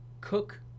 Cook